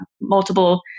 multiple